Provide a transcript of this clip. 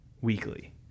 weekly